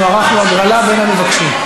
אנחנו ערכנו הגרלה בין המבקשים.